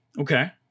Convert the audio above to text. Okay